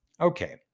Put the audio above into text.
Okay